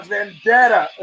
Vendetta